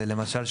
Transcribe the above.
למשל,